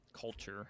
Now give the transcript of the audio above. culture